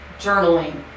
journaling